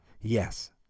Yes